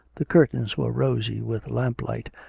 the curtains were rosy with lamp-light,